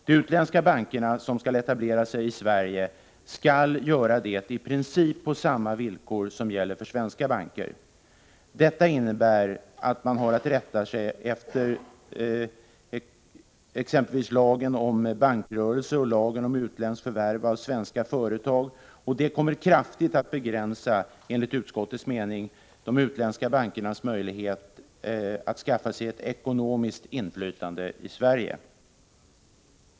De utländska banker som skall etablera sig i Sverige skall göra det på i princip samma villkor som gäller för svenska banker. Detta innebär att de har att rätta sig efter exempelvis lagen om bankrörelse och lagen om utländska förvärv av svenska företag, vilket enligt utskottets mening kraftigt kommer att begränsa de utländska bankernas möjligheter att skaffa sig ekonomiskt inflytande i Sverige.